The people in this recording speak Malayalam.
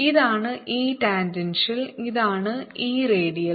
ഇതാണ് E ടാൻജൻഷ്യൽ ഇതാണ് E റേഡിയൽ